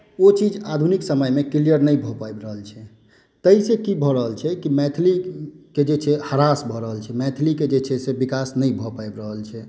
ओ चीज आधुनिक समयमे क्लियर नहि भऽ पाबि रहल छै ताहिसँ की भऽ रहल छै कि मैथिलीके जे छै से ह्रास भऽ रहल छै मैथिलीके जे छै से विकास नहि भऽ पाबि रहल छै